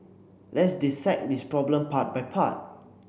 let's dissect this problem part by part